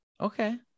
okay